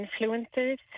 influencers